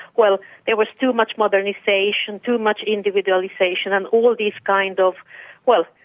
well, there was too much modernisation, too much individualisation and all these kind of well,